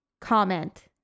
comment